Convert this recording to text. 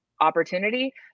opportunity